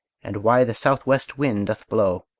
and why the southwest wind doth blow!